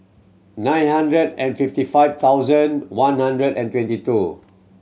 nine hundred and fifty five thousand one hundred and twenty two